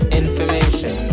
information